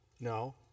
No